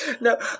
No